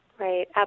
Right